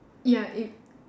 ya it